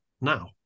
now